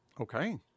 okay